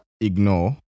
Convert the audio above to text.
ignore